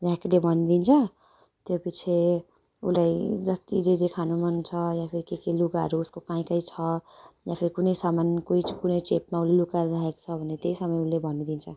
झाँक्रीले भनिदिन्छ त्योपछि उसलाई जति जे जे खानु मन छ या फिर के के लुगाहरू उसको कहीँ कहीँ छ या फिर कुनै सामान कोही कुनै चेपमा उसले लुकाएर राखेको छ भने त्यही समय उसले भनिदिन्छ